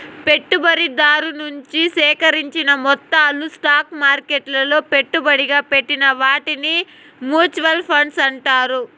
పెట్టుబడిదారు నుంచి సేకరించిన మొత్తాలు స్టాక్ మార్కెట్లలో పెట్టుబడిగా పెట్టిన వాటిని మూచువాల్ ఫండ్స్ అంటారు